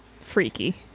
freaky